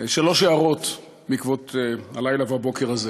שלוש הערות בעקבות הלילה והבוקר הזה.